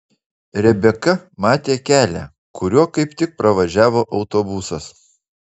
rebeka matė kelią kuriuo kaip tik pravažiavo autobusas